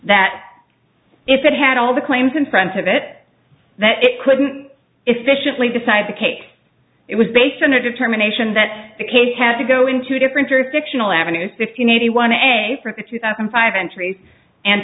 that if it had all the claims in front of it that it couldn't efficiently decide the case it was based on a determination that the case had to go into different jurisdictional avenues fifteen eighty one a for it to happen five entries and